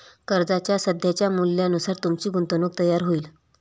कर्जाच्या सध्याच्या मूल्यानुसार तुमची गुंतवणूक तयार होईल